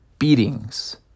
beatings